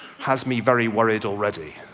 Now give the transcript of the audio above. has me very worried already.